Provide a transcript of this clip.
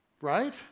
right